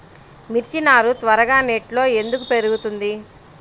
మిర్చి నారు త్వరగా నెట్లో ఎందుకు పెరుగుతుంది?